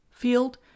field